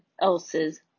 else's